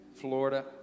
Florida